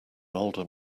older